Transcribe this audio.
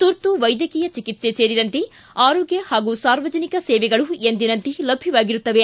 ತುರ್ತು ವೈದ್ಯಕೀಯ ಚಿಕಿತ್ಸೆ ಸೇರಿದಂತೆ ಆರೋಗ್ಯ ಹಾಗೂ ಸಾರ್ವಜನಿಕ ಸೇವೆಗಳು ಎಂದಿನಂತೆ ಲಭ್ಞವಾಗಿರುತ್ತವೆ